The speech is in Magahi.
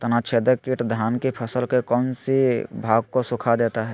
तनाछदेक किट धान की फसल के कौन सी भाग को सुखा देता है?